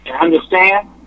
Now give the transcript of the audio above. Understand